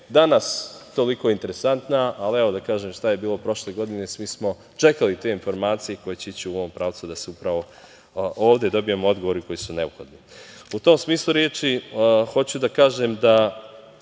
danas toliko interesantna, ali, evo, da kažem šta je bilo prošle godine. Svi smo čekali te informacije koje će ići u ovom pravcu, da upravo ovde dobijemo odgovore koji su neophodni. U tom smislu, hoću da kažem da